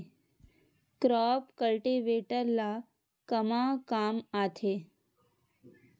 Crop cultivator ला कमा काम आथे?